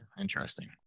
Interesting